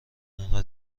اینقدر